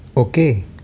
Okay